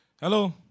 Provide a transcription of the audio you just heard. Hello